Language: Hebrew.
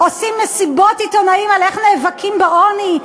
עושים מסיבות עיתונאים על איך נאבקים בעוני,